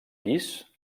pis